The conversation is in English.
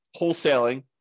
wholesaling